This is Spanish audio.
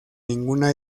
ninguna